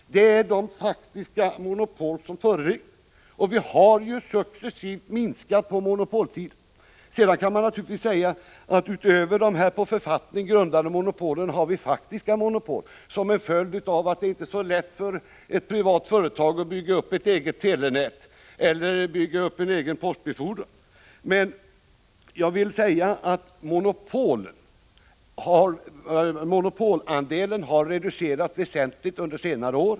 Det är de faktiska monopol som nu föreligger. Vi har successivt minskat monopolen. Man kan naturligtvis säga att vi, utöver de på författning grundade monopolen, har faktiska monopol som en följd av att det inte är så lätt för ett privat företag att t.ex. bygga upp ett eget telenät eller att bygga upp en egen postbefordran. Men jag vill säga att monopolandelen har reducerats väsentligt under senare år.